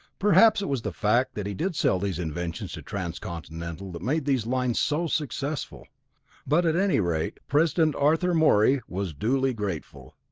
perhaps it was the fact that he did sell these inventions to transcontinental that made these lines so successful but at any rate, president arthur morey was duly grateful,